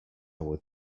would